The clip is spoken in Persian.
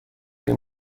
این